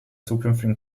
zukünftigen